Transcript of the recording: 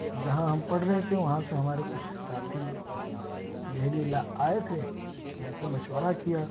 جہاں ہم پڑھ رہے تھے وہاں سے ہمارے کچھ ساتھی دہلی آئے تھے تو ان سے مشورہ کیا